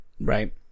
right